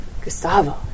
Gustavo